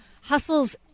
hustles